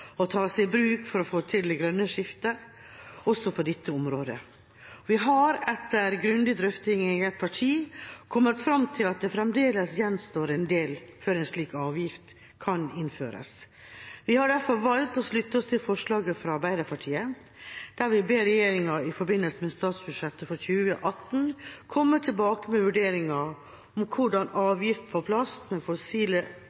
å få til det grønne skiftet også på dette området. Vi har etter grundig drøfting i eget parti kommet fram til at det fremdeles gjenstår en del før en slik avgift kan innføres. Vi har derfor valgt å slutte oss til forslaget fra Arbeiderpartiet der vi ber regjeringen «i forbindelse med statsbudsjettet for 2018 komme tilbake til Stortinget med vurderinger om hvordan